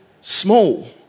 small